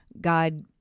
God